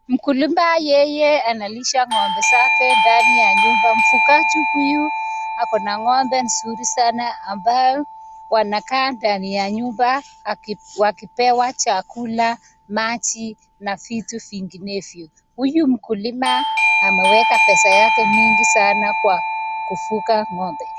Mkulima yeye analisha ng'ombe zake ndani ya nyumba. Mfugaji huyu ako na ng'ombe mzuri sana ambao wanakaa ndani ya nyumba wakipewa chakula, maji na vitu vinginevyo. Huyu mkulima ameweka pesa zake nyingi kwa kufuga ng'ombe.